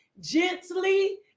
Gently